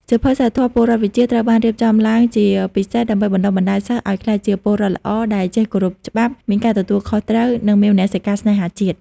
សៀវភៅ សីលធម៌-ពលរដ្ឋវិជ្ជា ត្រូវបានរៀបចំឡើងជាពិសេសដើម្បីបណ្ដុះបណ្ដាលសិស្សឱ្យក្លាយជាពលរដ្ឋល្អដែលចេះគោរពច្បាប់ មានការទទួលខុសត្រូវ និងមានមនសិការស្នេហាជាតិ។